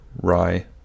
rye